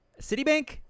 Citibank